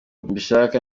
mbishaka